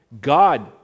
God